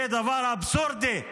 זה דבר אבסורדי,